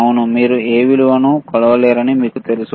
ఔనా మీరు ఏ విలువను కొలవలేరని మీకు తెలుసు